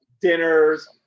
dinners